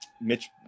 Mitch